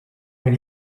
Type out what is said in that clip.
when